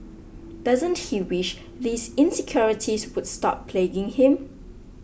doesn't he wish these insecurities would stop plaguing him